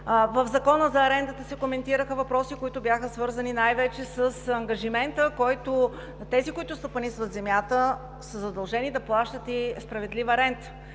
В Закона за арендата се коментираха въпроси, които бяха свързани най-вече с ангажимента, който тези, които стопанисват земята, са задължени да плащат, и справедлива рента,